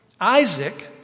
Isaac